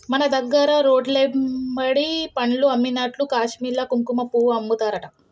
మన దగ్గర రోడ్లెమ్బడి పండ్లు అమ్మినట్లు కాశ్మీర్ల కుంకుమపువ్వు అమ్ముతారట